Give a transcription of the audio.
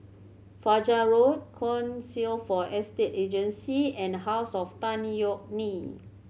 Fajar Road Council for Estate Agencies and House of Tan Yeok Nee